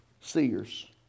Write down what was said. seers